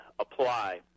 apply